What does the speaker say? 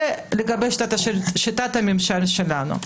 זה לגבי שיטת הממשל שלנו.